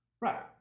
right